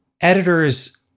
editors